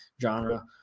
genre